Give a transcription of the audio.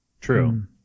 True